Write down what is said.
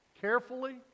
carefully